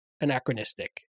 anachronistic